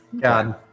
God